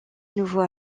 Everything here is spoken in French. nouveau